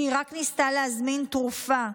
שהיא רק ניסתה להזמין תרופה,